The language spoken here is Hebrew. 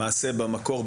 במקור,